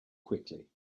quickly